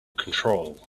control